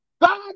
God